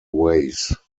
ways